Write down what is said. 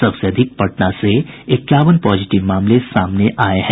सबसे अधिक पटना से इक्यावन पॉजिटिव मामले सामने आये हैं